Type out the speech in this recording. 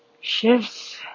shifts